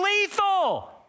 lethal